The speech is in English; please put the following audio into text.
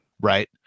Right